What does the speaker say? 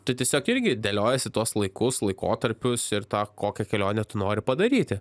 tu tiesiog irgi dėliojiesi tuos laikus laikotarpius ir tą kokią kelionę tu nori padaryti